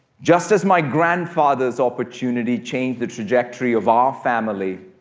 just as my grandfather's opportunity changed the trajectory of our family,